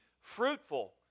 fruitful